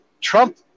Trump